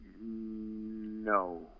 No